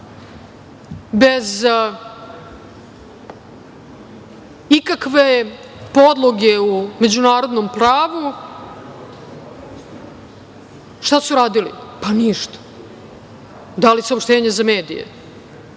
bez ikakve podloge u međunarodnom pravu. Šta su radili? Ništa, dali saopštenje za medije. Tako